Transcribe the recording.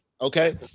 Okay